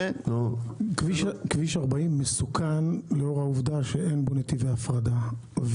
כביש 40 מסוכן לאור העובדה שאין בו נתיבי הפרדה.